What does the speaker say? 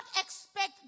expect